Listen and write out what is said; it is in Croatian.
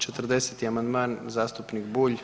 40. amandman zastupnik Bulj.